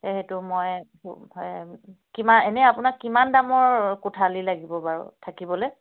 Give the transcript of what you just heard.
এই সেইটো মই হয় কিমান এনেই আপোনাক কিমান দামৰ কোঠালি লাগিব বাৰু থাকিবলৈ